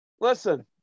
Listen